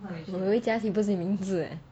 我以为家琪不是你的名字 eh